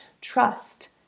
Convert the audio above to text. trust